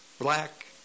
black